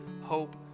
hope